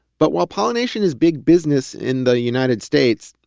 but while pollination is big business in the united states,